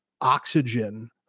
oxygen